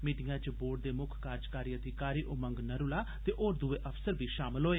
मीटिंगै च बोर्ड दे मुक्ख कार्जकारी अधिकारी उमंग नरूला ते होर दुए अफसर बी शामल होए